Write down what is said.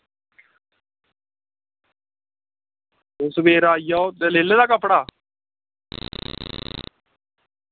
तुस सवेरे आई जाओ ते लेई लेदा कपड़ा